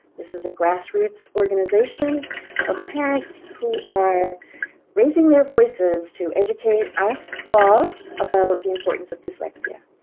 this is a grassroots organization of parents who are raising their voices to educate us all about the importance of dyslexia.